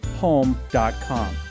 home.com